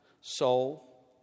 soul